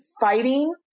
fighting